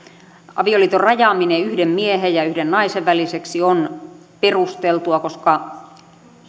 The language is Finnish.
avioliiton rajaaminen yhden miehen ja yhden naisen väliseksi on perusteltua koska